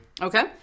Okay